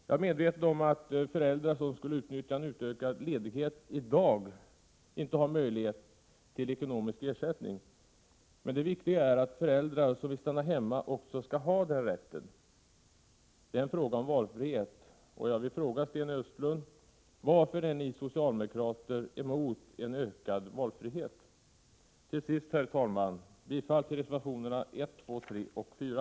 Jag är medveten om att föräldrar som skulle utnyttja en utökad ledighet —-i dag — inte har möjlighet till ekonomisk ersättning. Men det viktiga är att föräldrar som vill stanna hemma också skall ha den rätten. Det är en fråga om valfrihet. Jag vill fråga Sten Östlund: Varför är ni socialdemokrater emot en ökad valfrihet? Herr talman! Till sist vill jag yrka bifall till reservationerna 1, 2, 3 och 4.